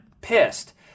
pissed